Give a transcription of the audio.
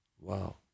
Wow